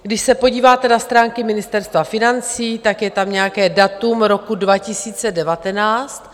Když se podíváte na stránky Ministerstva financí, tak je tam nějaké datum roku 2019.